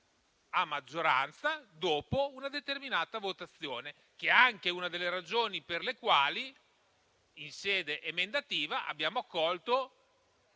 a maggioranza dopo una determinata votazione; ed è anche una delle ragioni per le quali, in sede emendativa, abbiamo accolto